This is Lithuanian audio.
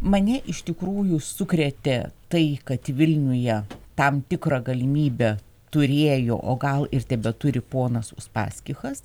mane iš tikrųjų sukrėtė tai kad vilniuje tam tikrą galimybę turėjo o gal ir tebeturi ponas uspaskichas